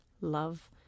love